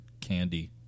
candy